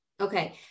Okay